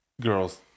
girls